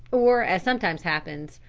or, as sometimes happens,